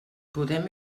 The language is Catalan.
podem